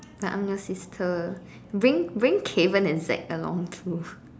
but I'm your sister bring bring Cavan and Zack along too